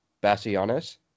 Bassianus